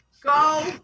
Go